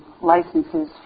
licenses